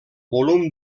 volum